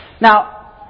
Now